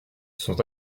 sont